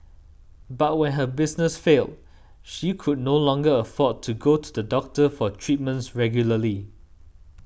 but when her business failed she could no longer afford to go to the doctor for treatments regularly